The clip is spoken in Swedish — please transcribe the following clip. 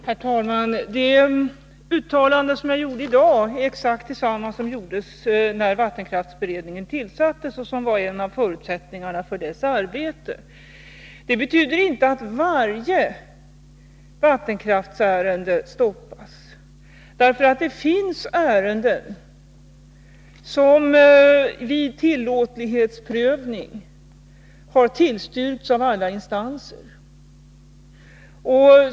Herr talman! Det uttalande som jag gjorde i dag är exakt detsamma som gjordes när vattekraftsberedningen tillsattes och som var en av förutsättningarna för dess arbete. Det betyder inte att varje vattenkraftsärende stoppas. Det finns nämligen ärenden som vid tillåtlighetsprövning har tillstyrkts av alla instanser.